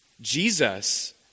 Jesus